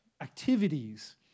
activities